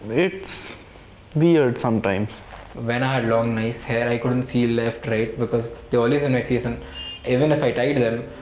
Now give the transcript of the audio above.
it's weird sometimes when i had long, nice hair, i couldn't see left-right because they are always on my face and even if i tied them,